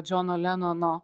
džono lenono